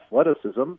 athleticism